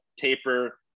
taper